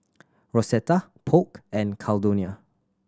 Rosetta Polk and Caldonia